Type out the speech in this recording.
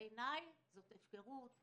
בעיניי זו הפקרות,